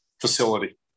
Facility